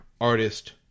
artist